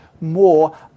more